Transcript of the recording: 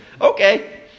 Okay